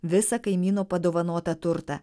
visą kaimyno padovanotą turtą